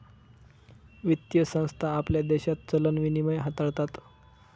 वित्तीय संस्था आपल्या देशात चलन विनिमय हाताळतात